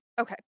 okay